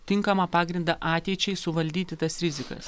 tinkamą pagrindą ateičiai suvaldyti tas rizikas